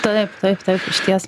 taip taip taip išties